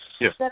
yes